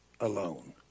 alone